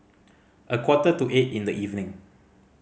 a quarter to eight in the evening